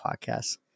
Podcasts